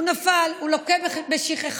הוא נפל, הוא לוקה בשכחה.